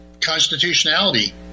constitutionality